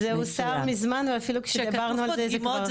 זה הוסר מזמן ואפילו כשדיברנו על זה --- כתוב פה דגימות,